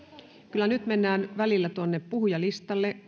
kyllä nyt mennään välillä tuonne puhujalistalle